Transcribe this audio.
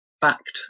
backed